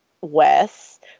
Wes